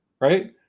right